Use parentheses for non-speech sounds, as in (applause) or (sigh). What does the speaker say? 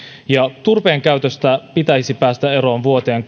ja turpeen käytöstä pitäisi päästä eroon vuoteen (unintelligible)